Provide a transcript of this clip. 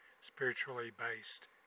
spiritually-based